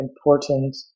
important